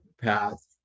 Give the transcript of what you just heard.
path